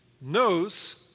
knows